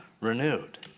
renewed